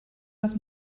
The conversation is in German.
was